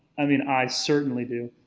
i mean, i certainly do.